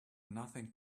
nothing